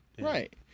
Right